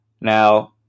now